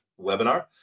webinar